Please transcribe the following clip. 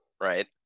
right